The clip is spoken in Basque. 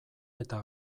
eta